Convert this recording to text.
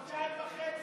חודשיים וחצי,